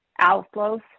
Outflows